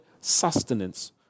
sustenance